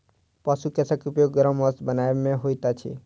पशु केशक उपयोग गर्म वस्त्र बनयबा मे होइत अछि